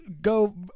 go